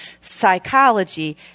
Psychology